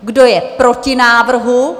Kdo je proti návrhu?